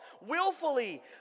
Willfully